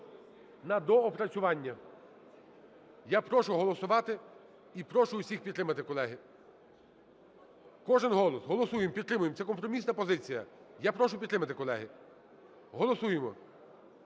на доопрацювання. Я прошу голосувати і прошу усіх підтримати, колеги. Кожен голос. Голосуємо, підтримуємо. Це компромісна позиція. Я прошу підтримати, колеги. Голосуємо,